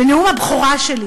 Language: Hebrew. בנאום הבכורה שלי,